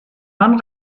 man